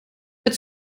het